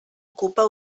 ocupa